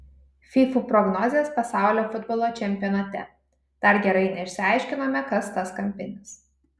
fyfų prognozės pasaulio futbolo čempionate dar gerai neišsiaiškinome kas tas kampinis